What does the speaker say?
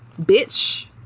bitch